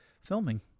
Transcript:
filming